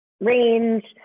range